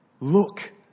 Look